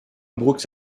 brooks